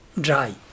dry